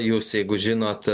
jūs jeigu žinot